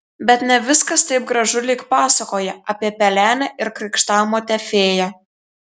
bet ne viskas taip gražu lyg pasakoje apie pelenę ir krikštamotę fėją